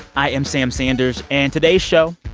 i am sam sanders. and today's show,